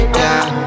down